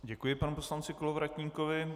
Děkuji panu poslanci Kolovratníkovi.